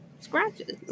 Scratches